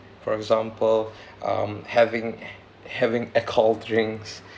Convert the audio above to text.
for example um having having a cold drinks